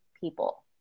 people